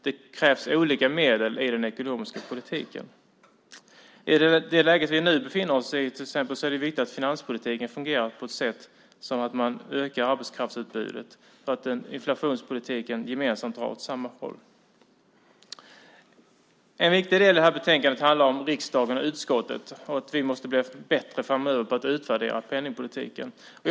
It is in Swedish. Det krävs olika medel i den ekonomiska politiken. I det läge vi nu befinner oss i är det till exempel viktigt att finanspolitiken fungerar på ett sätt som gör att man ökar arbetskraftsutbudet och att den och inflationspolitiken gemensamt drar åt samma håll. En viktig del i det här betänkandet handlar om riksdagen och utskottet och att vi måste bli bättre på att utvärdera penningpolitiken framöver.